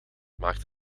maakt